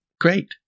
Great